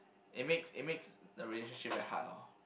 it makes it makes the relationship very hard loh